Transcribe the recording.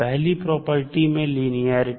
पहली प्रॉपर्टी है लिनियेरिटी